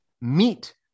meet